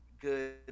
good